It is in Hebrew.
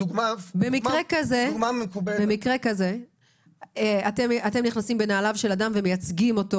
במקרה כזה אתם נכנסים בנעליו של אדם ומייצגים אותו